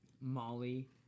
molly